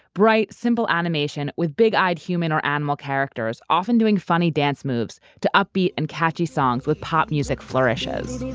bright symbol animation with big-eyed human or animal characters often doing funny dance moves to upbeat and catchy songs with pop music flourishes